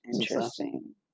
Interesting